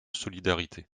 solidarité